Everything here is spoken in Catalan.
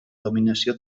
dominació